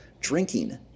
Drinking